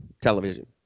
television